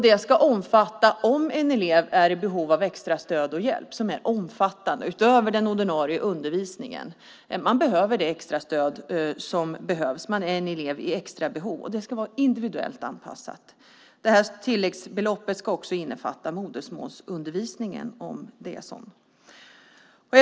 Det ska omfatta elevers eventuella behov av extra stöd och hjälp som är omfattande, utöver den ordinarie undervisningen. Det finns elever som har detta extra behov av stöd som kan ges. Det ska vara individuellt anpassat. Tilläggsbeloppet ska också innefatta modersmålsundervisningen om det är aktuellt.